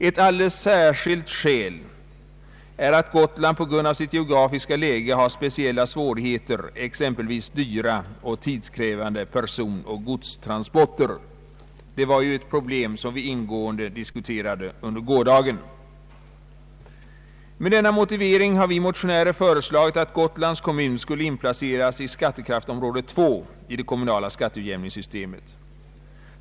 Ett alldeles särskilt skäl är att Gotland på grund av sitt geografiska läge har speciella svårigheter, exempelvis dyra och tidskrävande personoch godstransporter; det var ett problem som vi ingående diskuterade under gårdagen. Med denna motivering har vi motionärer föreslagit att Gotlands kommun skulle inplaceras i skattekraftsområde 2 i det kommunala skatteutjämningssystemet.